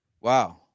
Wow